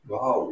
Wow